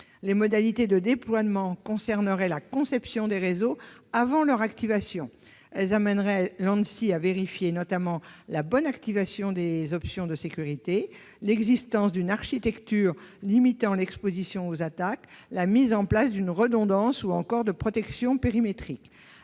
Les modalités de déploiement concerneraient la conception des réseaux, avant leur activation. Elles conduiraient l'Anssi à vérifier, notamment, la bonne activation des options de sécurité, l'existence d'une architecture limitant l'exposition aux attaques, la mise en place d'une redondance ou encore de protections périmétriques.